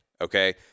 Okay